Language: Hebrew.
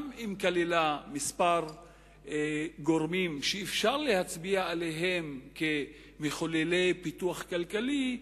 גם אם כללה כמה גורמים שאפשר להצביע עליהם כמחוללי פיתוח כלכלי,